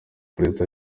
perezida